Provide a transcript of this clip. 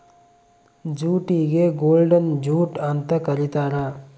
ಜೂಟಿಗೆ golden jute ಅಂತ ಕರೀತಾರ